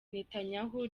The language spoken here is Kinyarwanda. netanyahu